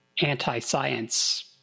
anti-science